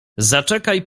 zaczekaj